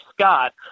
Scott